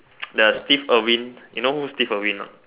the thief will win you know who the thief will win not